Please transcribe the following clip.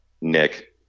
Nick